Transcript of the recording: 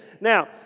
Now